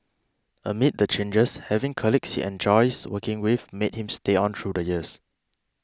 amid the changes having colleagues he enjoys working with made him stay on through the years